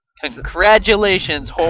Congratulations